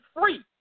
free